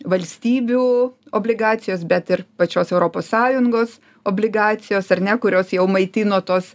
valstybių obligacijos bet ir pačios europos sąjungos obligacijos ar ne kurios jau maitino tuos